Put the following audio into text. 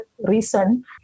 reason